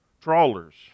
Trawlers